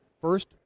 first